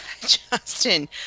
Justin